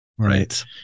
Right